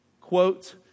quote